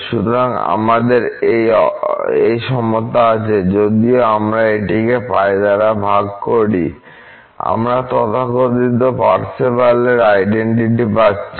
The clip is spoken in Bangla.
সুতরাং আমাদের এই সমতা আছে এবং যদি আমরা এটিকে π দ্বারা ভাগ করি আমরা তথাকথিত পার্সেভালের আইডেনটিটি পাচ্ছি